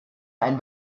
ein